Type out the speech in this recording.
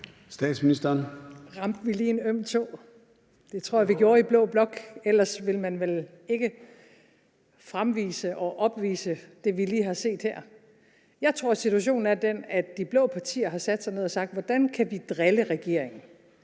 Der ramte vi lige en øm tå i blå blok. Det tror jeg vi gjorde. Ellers ville man vel ikke fremvise og opvise det, vi lige har set her. Jeg tror, at situationen er den, at de blå partier har sat sig ned og spurgt: Hvordan kan vi drille regeringen,